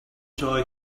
joy